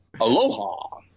Aloha